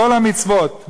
כל המצוות,